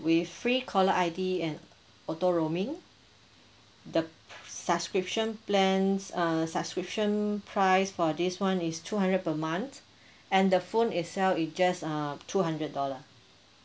with free caller I_D and auto roaming the subscription plans err subscription price for this [one] is two hundred per month and the phone itself it just err two hundred dollar